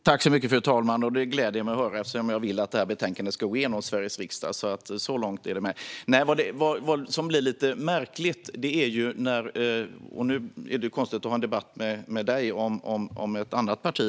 Fru talman! Det gläder mig att höra eftersom jag vill att betänkandet ska gå igenom Sveriges riksdag. Så långt är jag med. Det blir konstigt att ha en debatt med dig, Hanif Bali, om ett annat parti.